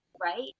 Right